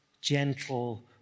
gentle